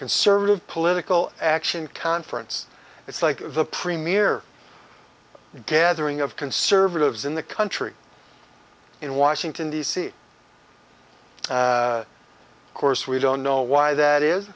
conservative political action conference it's like the premier gathering of conservatives in the country in washington d c of course we don't know why that is